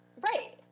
Right